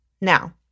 Now